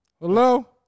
Hello